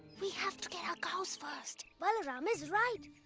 we have to get our cows first. balaram is right.